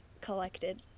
collected